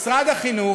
משרד החינוך,